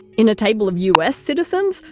in a table of us citizens,